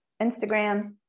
Instagram